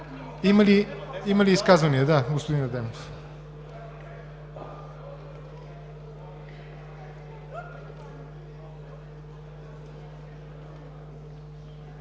Има ли изказвания? Господин Адемов.